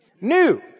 New